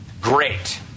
Great